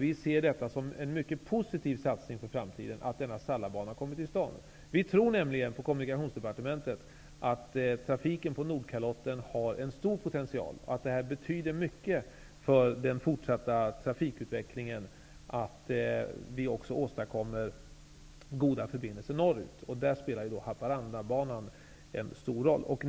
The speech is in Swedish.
Vi ser det som en mycket positiv satsning för framtiden att denna Sallabana kommer till stånd. Vi tror nämligen på Nordkalotten har en stor potential och att det betyder mycket för den fortsatta trafikutvecklingen att vi också åstadkommer goda förbindelser norrut. I det sammanhanget spelar Haparandabanan en stor roll.